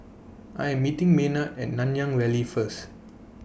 I Am meeting Maynard At Nanyang Valley First